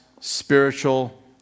spiritual